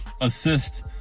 assist